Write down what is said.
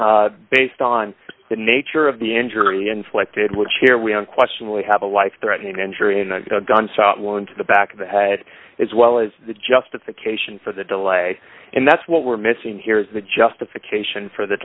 law based on the nature of the injury inflicted which here we don't question we have a life threatening injury and a gunshot wound to the back of the head as well as the justification for the delay and that's what we're missing here is the justification for the